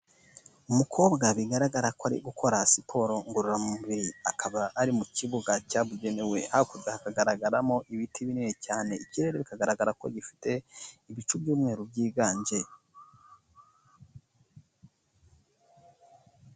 Umukobwa bigaragara ko ari gukora siporo ngororamubiri, akaba ari mu kibuga cyabugenewe, hakurya hakagaragaramo ibiti binini cyane, ikirere bikagaragara ko gifite ibicu by'umweru byiganje.